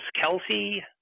Kelsey